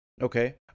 Okay